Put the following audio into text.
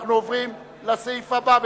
אנחנו עוברים לסעיף הבא בסדר-היום: